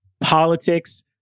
politics